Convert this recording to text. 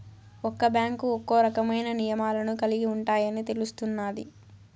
ఒక్క బ్యాంకు ఒక్కో రకమైన నియమాలను కలిగి ఉంటాయని తెలుస్తున్నాది